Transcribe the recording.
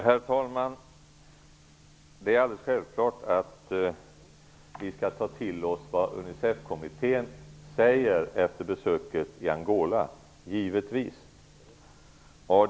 Herr talman! Det är alldeles självklart att vi skall ta till oss vad Unicefkommittén säger efter besöket i Angola, givetvis.